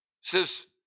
says